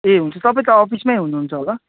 ए हुन्छ तपाईँ त अफिसमै हुनुहुन्छ होला